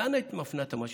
לאן היית מפנה את המשאבים?